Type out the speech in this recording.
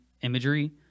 imagery